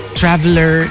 traveler